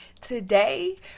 Today